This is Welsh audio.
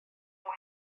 mwyn